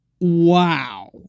wow